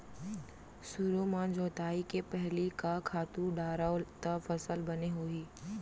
सुरु म जोताई के पहिली का खातू डारव त फसल बने होही?